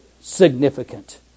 significant